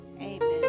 amen